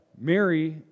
Mary